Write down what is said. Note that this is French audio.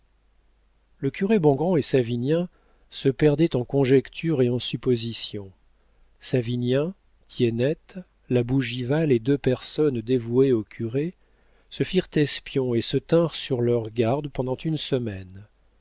le curé bongrand et savinien se perdaient en conjectures et en suppositions savinien tiennette la bougival et deux personnes dévouées au curé se firent espions et se tinrent sur leurs gardes pendant une semaine